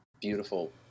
beautiful